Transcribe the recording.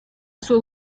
sua